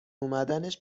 اومدنش